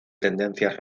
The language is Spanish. tendencias